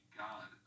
god